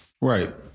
Right